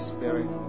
Spirit